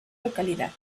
localidad